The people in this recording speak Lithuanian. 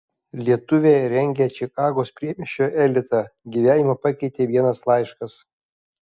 lietuvė rengia čikagos priemiesčio elitą gyvenimą pakeitė vienas laiškas